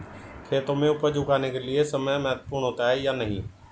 खेतों में उपज उगाने के लिये समय महत्वपूर्ण होता है या नहीं?